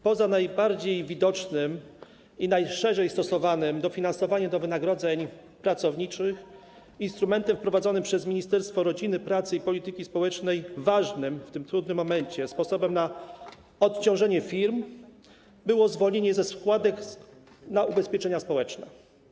Poza najbardziej widocznym i najszerzej stosowanym dofinansowaniem do wynagrodzeń pracowniczych instrumentem wprowadzonym przez Ministerstwo Rodziny, Pracy i Polityki Społecznej, ważnym w tym trudnym momencie, sposobem na odciążenie firm było zwolnienie ze składek na ubezpieczenia społeczne.